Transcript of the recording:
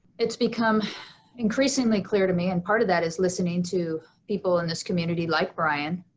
it's become increasingly clear to me, and part of that is listening to people in this community like brian,